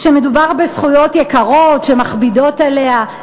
שמדובר בזכויות יקרות שמכבידות עליה?